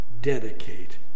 dedicate